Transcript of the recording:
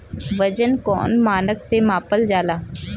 वजन कौन मानक से मापल जाला?